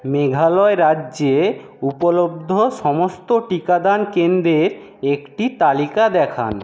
মেঘালয় রাজ্যে উপলব্ধ সমস্ত টিকাদান কেন্দ্রের একটি তালিকা দেখান